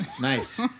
Nice